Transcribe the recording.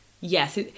Yes